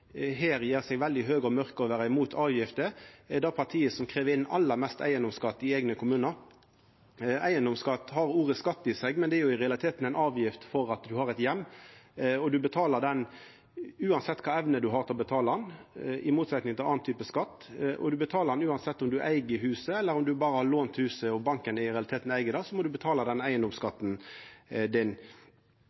her gjer seg veldig høge og mørke og er imot avgifter, er det partiet som krev inn aller mest eigedomsskatt i eigne kommunar. Eigedomsskatt har ordet «skatt» i seg, men det er i realiteten ei avgift for at ein har ein heim, og ein betaler uansett kva evne ein har til å betala – i motsetning til annan type skatt. Ein betaler uansett om ein eig huset – om ein berre har lånt huset og banken i realiteten eig det, så må ein betala den eigedomsskatten.